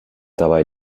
dabei